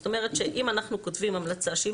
זאת אומרת שאם אנחנו כותבים המלצה שהיא